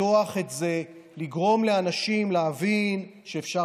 לפתוח את זה ולגרום לאנשים להבין שאפשר